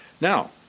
Now